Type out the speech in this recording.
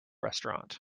restaurant